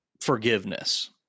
forgiveness